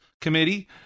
Committee